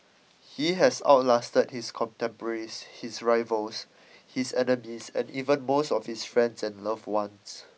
he has out lasted his contemporaries his rivals his enemies and even most of his friends and loved ones